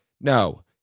No